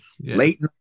late